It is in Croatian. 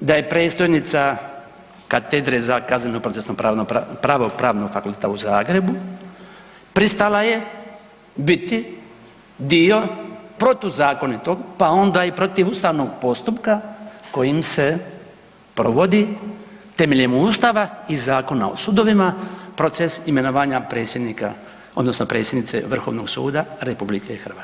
da je predstojnica katedre za kazneno-procesno pravo Pravnog fakulteta u Zagrebu, pristala biti dio protuzakonitog pa onda i protiv ustavnog postupka kojim se provodi temeljem Ustava i Zakona o sudovima, proces imenovanja predsjednika odnosno predsjednice Vrhovnog suda RH.